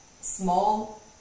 small